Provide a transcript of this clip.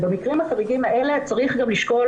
במקרים החריגים האלה צריך גם לשקול